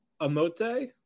amote